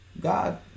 God